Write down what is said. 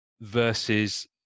versus